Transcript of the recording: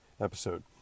episode